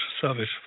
service